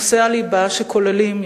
נושאי הליבה שכוללים,